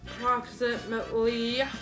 approximately